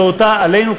שאותה עלינו,